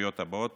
לקריאות הבאות.